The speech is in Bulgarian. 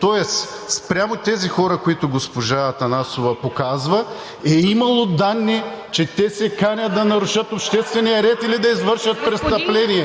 тоест спрямо тези хора, които госпожа Атанасова показва, е имало данни, че те се канят да нарушат обществения ред (шум и реплики